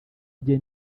bye